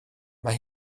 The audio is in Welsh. mae